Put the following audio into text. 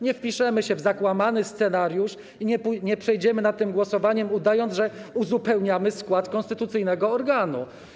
Nie wpiszemy się w zakłamany scenariusz i nie przejdziemy nad tym głosowaniem, udając, że uzupełniamy skład konstytucyjnego organu.